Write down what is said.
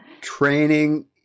training